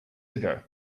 ago